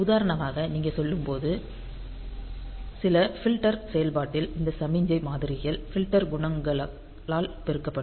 உதாரணமாக நீங்கள் சொல்லும்போது சில ஃப்ல்டர் செயல்பாட்டில் இந்த சமிக்ஞை மாதிரிகள் ஃப்ல்டர் குணகங்களால் பெருக்கப்படும்